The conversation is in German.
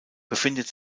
befindet